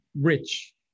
rich